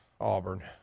Auburn